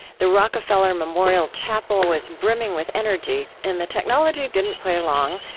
the rockefeller memorial chapel was brimming with energy. and the technology didn't play along,